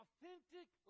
Authentic